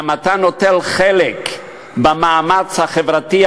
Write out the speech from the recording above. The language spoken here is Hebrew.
גם אתה נוטל חלק במאמץ החברתי,